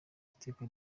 iteka